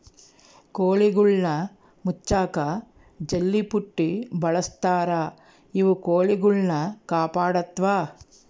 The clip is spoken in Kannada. ಕೋಳಿಗುಳ್ನ ಮುಚ್ಚಕ ಜಲ್ಲೆಪುಟ್ಟಿ ಬಳಸ್ತಾರ ಇವು ಕೊಳಿಗುಳ್ನ ಕಾಪಾಡತ್ವ